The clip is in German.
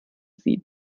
sie